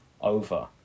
over